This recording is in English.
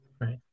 Right